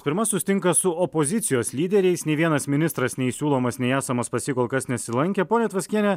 pirma susitinka su opozicijos lyderiais nei vienas ministras nei siūlomas nei esamans pas jį kol kas nesilankė ponia tvaskiene